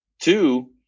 two